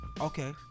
Okay